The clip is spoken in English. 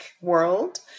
world